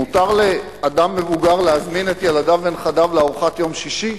מותר לאדם מבוגר להזמין את ילדיו ואת נכדיו לארוחת יום שישי?